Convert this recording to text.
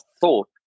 thought